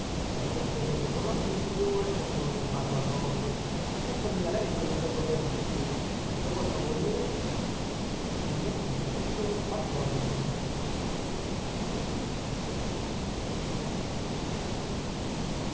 dopo questo breve colloquio il priore tornò nel parlatorio eccomi a lei commendatore diss'egli se vuol favorire xv